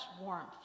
warmth